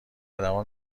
آدما